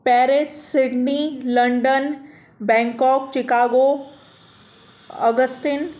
Paris Sydney London Bangkok Chicago Augustine